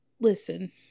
listen